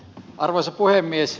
arvoisa puhemies